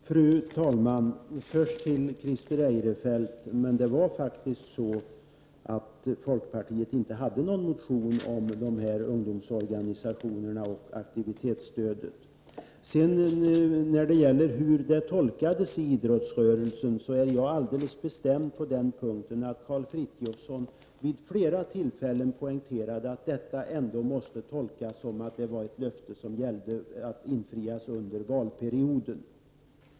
Fru talman! Först till Christer Eirefelt. Det var faktiskt så att folkpartiet inte hade någon motion kring frågan om ungdomsorganisationerna och aktivitetsstödet. När det gäller hur frågan tolkades inom idrottsrörelsen så är jag alldeles bestämd på den punkten. Karl Frithiofson poängterade vid flera tillfällen att det måste tolkas som ett löfte som skulle infrias under valperioden.